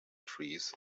trees